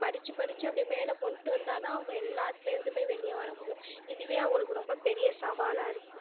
படித்து படித்து அப்படியே மேலே கொண்டு வந்தாதாக அவங்க எல்லாத்துலேந்தயுமே வெளியே வர முடியும் இதுவே அவங்களுக்கு ரொம்ப பெரிய சவாலாக இருக்கும்